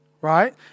right